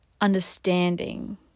understanding